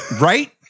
Right